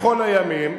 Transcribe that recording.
בכל הימים,